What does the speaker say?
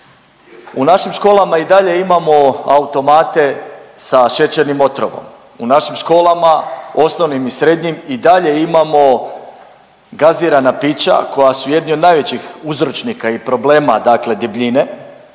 U našim školama i dalje imamo automate sa šećernim otrovom, u našim školama osnovnim i srednjim i dalje imamo gazirana pića koja su jedni od najvećih uzročnika i problema dakle debljine